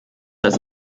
dass